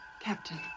Captain